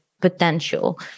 potential